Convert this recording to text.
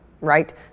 right